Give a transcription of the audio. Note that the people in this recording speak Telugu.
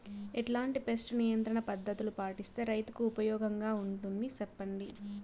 ఎట్లాంటి పెస్ట్ నియంత్రణ పద్ధతులు పాటిస్తే, రైతుకు ఉపయోగంగా ఉంటుంది సెప్పండి?